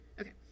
Okay